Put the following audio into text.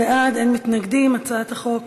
8) (השעיית עובד חינוך או עובד שירות מעבודתו),